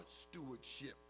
stewardship